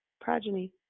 progeny